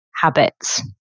habits